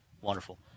wonderful